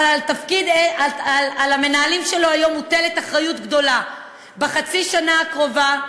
אבל על המנהלים שלו היום מוטלת אחריות גדולה בחצי השנה הקרובה: